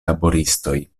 laboristoj